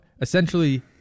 essentially